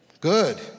Good